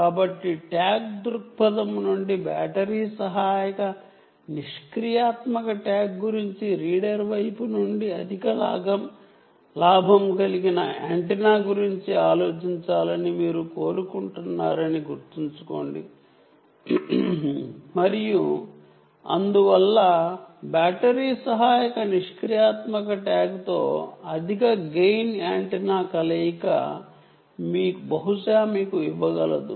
కాబట్టి ట్యాగ్ దృక్పథం నుండి బ్యాటరీ సహాయక పాసివ్ ట్యాగ్ గురించి రీడర్ వైపు నుండి అధిక గెయిన్ కలిగిన యాంటెన్నా గురించి ఆలోచించాలని మీరు కోరుకుంటున్నారని గుర్తుంచుకోండి మరియు అందువల్ల బ్యాటరీ సహాయక పాసివ్ ట్యాగ్తో అధిక గెయిన్ యాంటెన్నా కలయిక బహుశా మీకు మంచి రేంజ్ ఇవ్వగలదు